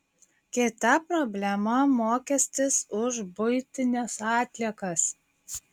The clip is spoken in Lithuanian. kita problema mokestis už buitines atliekas